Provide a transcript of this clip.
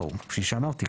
כפי שאמרתי,